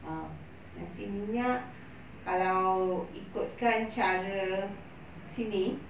uh nasi minyak kalau ikutkan cara sini